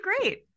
great